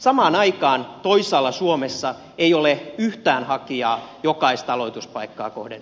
samaan aikaan toisaalla suomessa ei ole yhtään hakijaa jokaista aloituspaikkaa kohden